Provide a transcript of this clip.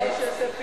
השר שיעשה פיליבסטר?